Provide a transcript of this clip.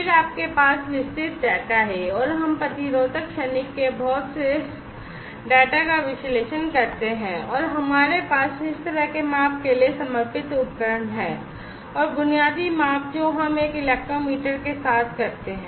फिर आपके पास विस्तृत डेटा है और हम प्रतिरोध क्षणिक के बहुत से डेटा का विश्लेषण करते हैं और हमारे पास इस तरह के माप के लिए समर्पित उपकरण हैं और बुनियादी माप जो हम एक इलेक्ट्रोमीटर के साथ करते हैं